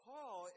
Paul